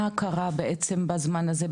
מה קרה בעצם בזמן הזה?